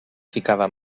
ficava